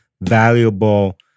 valuable